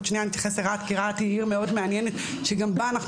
אני אתייחס לרהט כי רהט היא עיר מאוד מעניינת שגם בה אנחנו